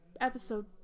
episode